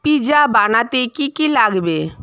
pizza বানাতে কি কি লাগবে